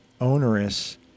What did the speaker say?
onerous